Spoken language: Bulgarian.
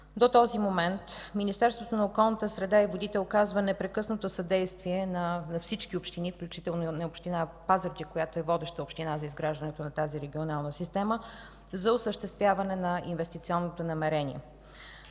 до този момент Министерството на околната среда и водите оказва непрекъснато съдействие на всички общини, включително на община Пазарджик, която е водеща община за изграждането на тази регионална система, за осъществяването на инвестиционното намерение.